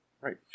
right